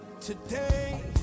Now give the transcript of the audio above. Today